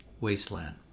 Wasteland